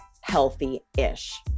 healthy-ish